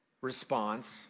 response